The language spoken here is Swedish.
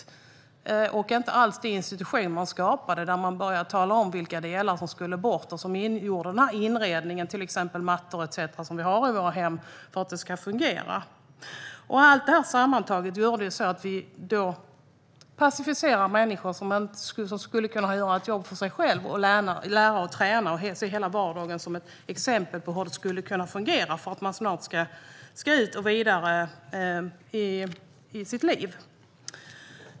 Det var inte alls en institution man skapar och där man börjar tala om vilka delar som skulle bort i inredningen, till exempel mattor och tvätt som vi har i våra hem för att det ska fungera. Allt det här sammantaget gör att vi passiviserar människor som skulle kunna göra ett jobb för sig själva, lära, träna och se hela vardagen som ett exempel på hur det skulle kunna fungera när de ska vidare i sitt liv.